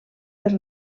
per